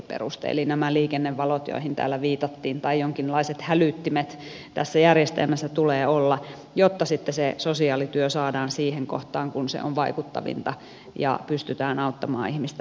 eli nämä liikennevalot joihin täällä viitattiin tai jonkinlaiset hälyttimet tässä järjestelmässä tulee olla jotta sitten se sosiaalityö saadaan siihen kohtaan missä se on vaikuttavinta ja pystytään auttamaan ihmistä eteenpäin